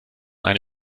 eine